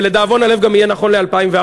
ולדאבון הלב גם יהיה נכון ל-2014.